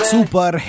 Super